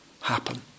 happen